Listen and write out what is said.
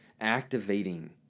Activating